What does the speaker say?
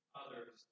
others